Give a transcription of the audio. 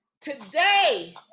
Today